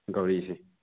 ꯒꯧꯔꯤꯁꯦ